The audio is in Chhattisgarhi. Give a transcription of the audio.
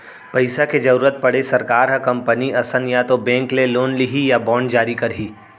पइसा के जरुरत पड़े सरकार ह कंपनी असन या तो बेंक ले लोन लिही या बांड जारी करही